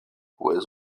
with